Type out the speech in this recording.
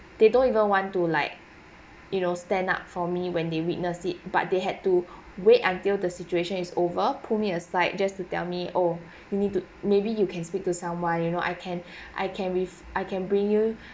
they don't even want to like you know stand up for me when they witness it but they had to wait until the situation is over pull me aside just to tell me oh you need to maybe you can speak to someone you know I can I can with I can bring you